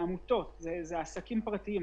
מדובר בעמותות, מדובר בעסקים פרטיים.